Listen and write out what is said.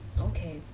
okay